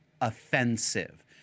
offensive